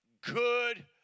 good